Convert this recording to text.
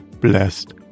blessed